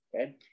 okay